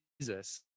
Jesus